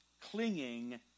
clinging